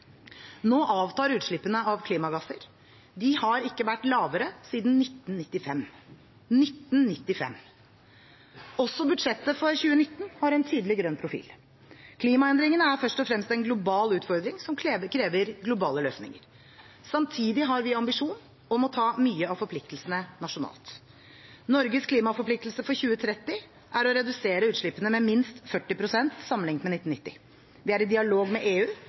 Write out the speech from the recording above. Nå avtar utslippene av klimagasser. De har ikke vært lavere siden 1995. 1995! Også budsjettet for 2019 har en tydelig grønn profil. Klimaendringene er først og fremst en global utfordring, som krever globale løsninger. Samtidig har vi ambisjon om å ta mye av forpliktelsen nasjonalt. Norges klimaforpliktelse for 2030 er å redusere utslippene med minst 40 pst. sammenlignet med 1990. Vi er i dialog med EU